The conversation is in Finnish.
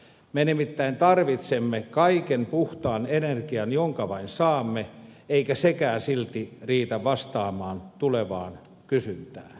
me nimittäin tarvitsemme kaiken puhtaan energian jonka vain saamme eikä sekään silti riitä vastaamaan tulevaan kysyntään